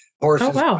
horses